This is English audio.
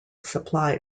supply